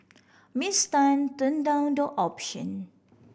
Miss Tan turned down the option